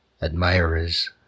Admirers